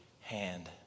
hand